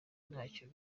ntacyo